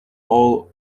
all